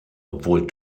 obwohl